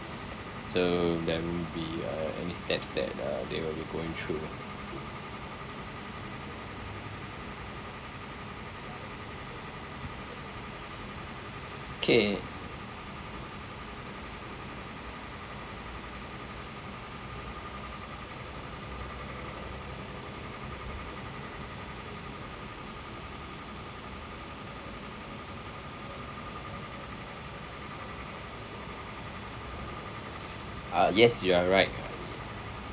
so there won't be uh any steps that uh they'll be going through okay ah yes you are right ah